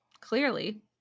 clearly